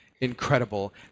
incredible